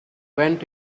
went